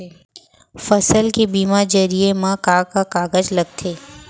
फसल के बीमा जरिए मा का का कागज लगथे?